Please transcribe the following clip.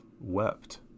wept